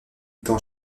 dans